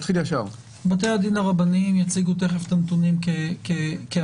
בתי הדין הרבניים יציגו תכף את הנתונים כהבנתם.